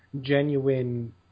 genuine